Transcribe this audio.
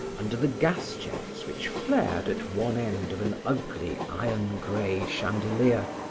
under the gas jets which flared at one end of an ugly iron-gray chandelier,